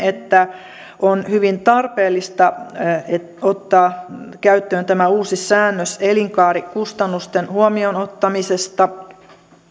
että on hyvin tarpeellista ottaa käyttöön tämä uusi säännös elinkaarikustannusten huomioon ottamisesta